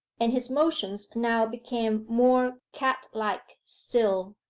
and his motions now became more cat-like still.